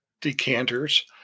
decanters